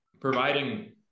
providing